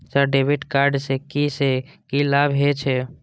Sir debit card से की से की लाभ हे छे?